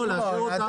לא, לאשר אותן בחוק.